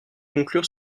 conclure